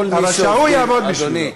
אבל שההוא יעבוד בשבילו.